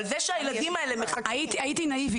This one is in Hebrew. אבל זה שהילדים האלה מחכים --- הייתי נאיבית,